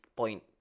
point